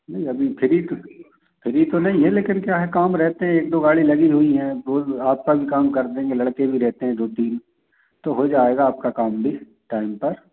नहीं अभी फ्री तो फ्री तो नहीं है लेकिन क्या है काम रहते हैं एक दो गाड़ी लगी हुई है वह आसपास काम कर देंगे लड़के भी रहते हैं दो तीन तो हो जाएगा आपका काम भी टाइम पर